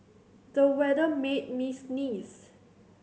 the weather made me sneeze